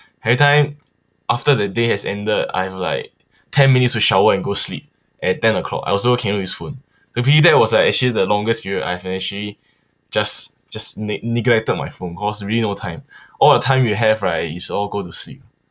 every time after the day has ended I have like ten minutes to shower and go sleep at ten o'clock I also cannot use phone completely that was like actually the longest period I've actually just just ne~ neglected my phone calls really no time all the time you have right is all go to sleep